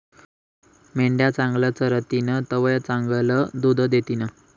मेंढ्या चांगलं चरतीन तवय चांगलं दूध दितीन